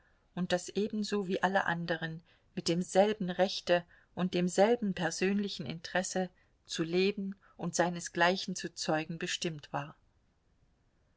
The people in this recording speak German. und das ebenso wie alle anderen mit demselben rechte und demselben persönlichen interesse zu leben und seinesgleichen zu zeugen bestimmt war